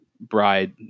bride